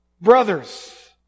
Brothers